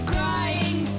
Crying